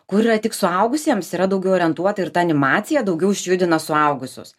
kur yra tik suaugusiems yra daugiau orientuota ir ta animacija daugiau išjudina suaugusius